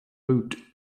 boot